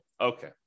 Okay